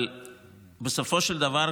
אבל בסופו של דבר,